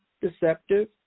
deceptive